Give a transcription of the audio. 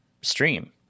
stream